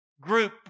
group